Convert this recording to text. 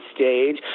stage